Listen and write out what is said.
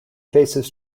faces